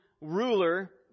ruler